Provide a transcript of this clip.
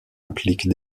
implique